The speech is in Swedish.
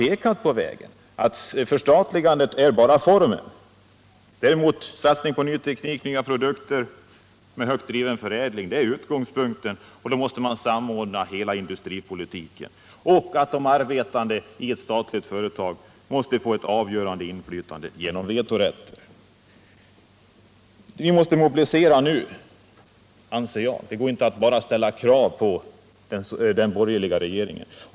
Ett förstatligande är enligt vår mening bara formen. Satsningen på ny teknik och nya produkter med högt driven förädling är utgångspunkten, och då måste man samordna hela industripolitiken. De arbetande i ett statligt företag måste då få ett avgörande inflytande genom vetorätt. Vi måste mobilisera nu, anser jag. Det går inte att bara ställa krav på den borgerliga regeringen.